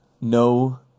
No